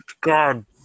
God